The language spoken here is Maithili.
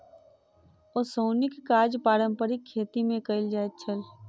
ओसौनीक काज पारंपारिक खेती मे कयल जाइत छल